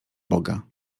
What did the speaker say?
boga